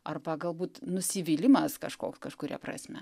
arba galbūt nusivylimas kažkoks kažkuria prasme